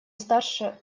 старше